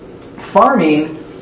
farming